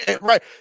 right